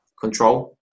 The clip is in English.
control